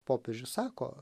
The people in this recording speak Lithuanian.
popiežius sako